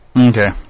Okay